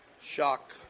shock